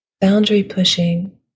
boundary-pushing